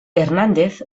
hernández